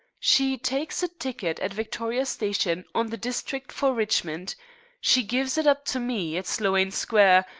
she tykes a ticket at victoria station on the district for richmond she gives it up to me at sloane square,